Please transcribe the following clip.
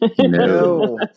no